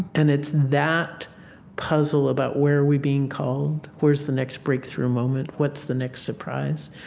and it's that puzzle about where are we being called, where is the next breakthrough moment, what's the next surprise,